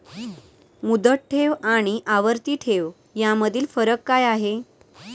मुदत ठेव आणि आवर्ती ठेव यामधील फरक काय आहे?